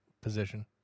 position